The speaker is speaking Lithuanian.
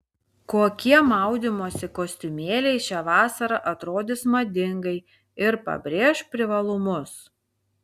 kokie maudymosi kostiumėliai šią vasarą atrodys madingai ir pabrėš privalumus